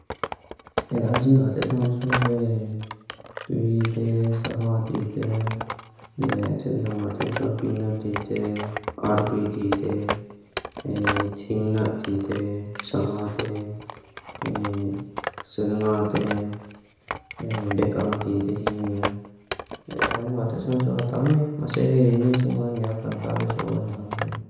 Eláxí átá sánsú he tuité sánghá títé, lé tíl ángá tán sánpínát títé, árduítí títé, tínát títé, sánghá títé, sálingá títé, mékaúntí títé hí áni á. Lé átá ángá tán sánsú átá ámé, má sé he imí tsú áni á kandánta sá áni lá áni.